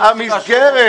מה המסגרת?